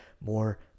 more